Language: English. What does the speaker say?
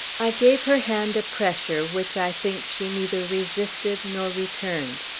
i gave her hand a pressure, which, i think, she neither resisted nor returned.